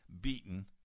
beaten